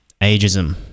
ageism